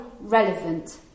relevant